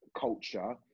culture